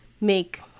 make